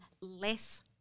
less